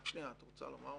את רוצה לומר משהו?